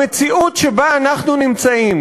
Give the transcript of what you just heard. במציאות שבה אנחנו נמצאים,